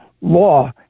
law